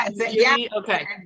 Okay